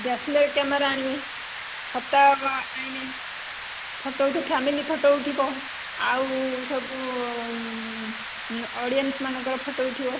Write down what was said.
DSLR camera ଆଣିବେ ଛତା ଆଣିବେ ଫଟୋ ଉଠିବ ଫ୍ୟାମିଲି ଫଟୋ ଉଠିବ ଆଉ ସବୁ ଅଡ଼ିଏନ୍ସ ମାନଙ୍କର ଫଟୋ ଉଠିବ